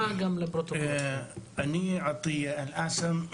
אני עטיה אל אעסם,